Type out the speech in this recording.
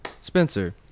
Spencer